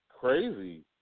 crazy